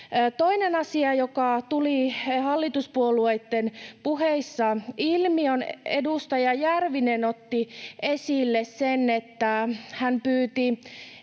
Toinen asia, joka tuli hallituspuolueitten puheissa ilmi: Edustaja Järvinen otti esille sen, että hän pyysi